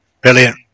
Brilliant